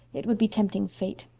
it would be tempting fate.